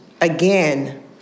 again